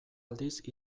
aldiz